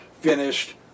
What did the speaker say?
finished